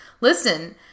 listen